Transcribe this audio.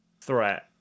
threat